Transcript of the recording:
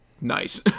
nice